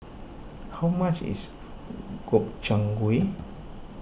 how much is Gobchang Gui